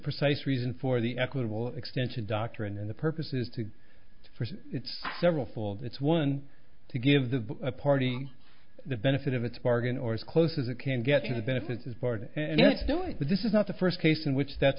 precise reason for the equitable extension doctrine in the purpose is to force several fold it's one to give the party the benefit of its bargain or as close as it can get to the benefits board but this is not the first case in which that's